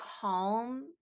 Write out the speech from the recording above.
calm